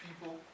people